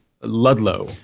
Ludlow